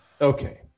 Okay